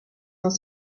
dans